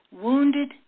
Wounded